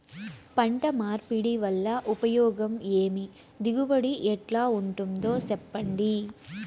పంట మార్పిడి వల్ల ఉపయోగం ఏమి దిగుబడి ఎట్లా ఉంటుందో చెప్పండి?